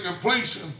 completion